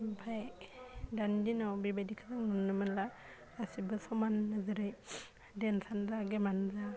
ओमफाय दानि दिनाव बेबायदिखौ नुनो मोनला गासिबो समान नोजोरै देन्सानो जा गेमानो जा